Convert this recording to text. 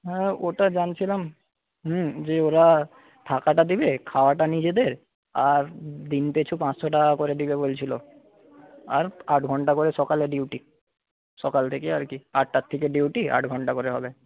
হ্যাঁ ওটা জানছিলাম হুম যে ওরা থাকাটা দেবে খাওয়াটা নিজেদের আর দিন পিছু পাঁচশো টাকা করে দেবে বলছিল আর আট ঘণ্টা করে সকালে ডিউটি সকাল থেকে আর কি আটটার থেকে ডিউটি আট ঘণ্টা করে হবে